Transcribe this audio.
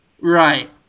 Right